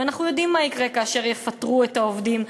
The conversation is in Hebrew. אנחנו יודעים מה יקרה כאשר יפטרו את העובדים,